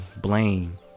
blame